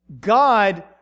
God